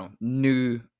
new